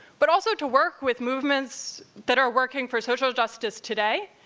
but also to work with movements that are working for social justice today,